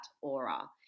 aura